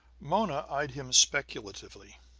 mona eyed him speculatively.